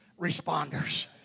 responders